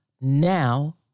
now